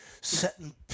setting